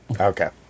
Okay